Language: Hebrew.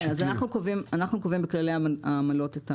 אנחנו קובעים בכללי העמלות את המנגנון,